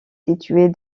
située